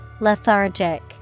Lethargic